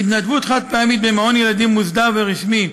התנדבות חד-פעמית במעון ילדים מוסדר ורשמי,